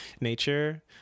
nature